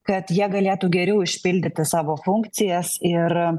kad jie galėtų geriau išpildyti savo funkcijas ir